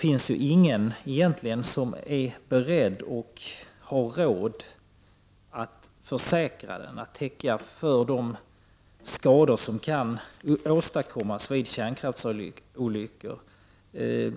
Ingen är ju beredd eller har råd att försäkra sig mot de skador som kan uppkomma vid kärnkraftsolyckor.